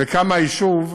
וכמה היישוב,